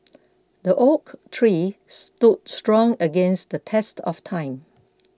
the oak tree stood strong against the test of time